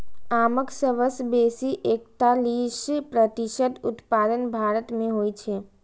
आमक सबसं बेसी एकतालीस प्रतिशत उत्पादन भारत मे होइ छै